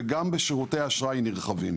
וגם בשירותי אשראי נרחבים.